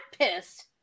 pissed